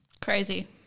Crazy